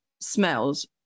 smells